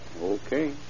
Okay